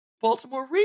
Baltimore